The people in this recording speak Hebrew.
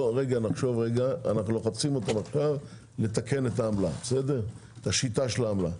נאמר שאנו לוחצים אותם לתקן את השיטה של העמלה.